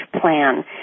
Plan